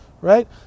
right